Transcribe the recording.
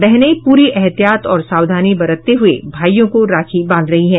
बहनें पूरी एहतियात और सावधानी बरतते हुये भाईयों को राखी बांध रही है